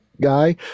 guy